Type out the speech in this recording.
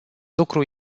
lucru